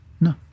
No